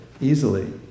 easily